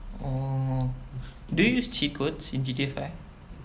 oh do you use cheat codes in G_T_A five